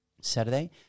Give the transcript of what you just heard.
Saturday